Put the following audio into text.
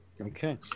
Okay